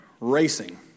racing